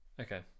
Okay